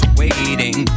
waiting